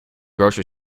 grocery